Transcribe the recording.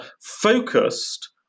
focused